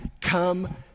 Come